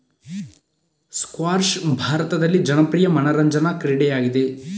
squash ಭಾರತದಲ್ಲಿ ಜನಪ್ರಿಯ ಮನರಂಜನಾ ಕ್ರೀಡೆಯಾಗಿದೆ